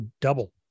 double